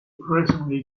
presently